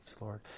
Lord